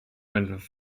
missing